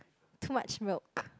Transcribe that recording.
too much milk